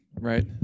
right